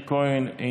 חבר הכנסת מאיר כהן,